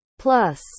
Plus